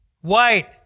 White